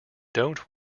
don’t